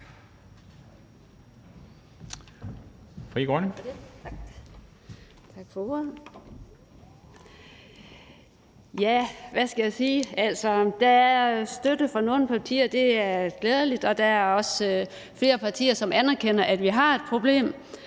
Zimmer (FG): Tak for ordet. Hvad skal jeg sige? Altså, der er støtte fra nogle partier, og det er glædeligt, og der er også flere partier, som anerkender, at vi har et problem,